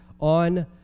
on